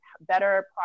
better